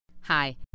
Hi